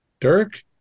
Dirk